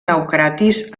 naucratis